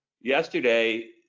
yesterday